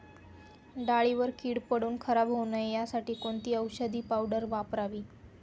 डाळीवर कीड पडून खराब होऊ नये यासाठी कोणती औषधी पावडर वापरावी?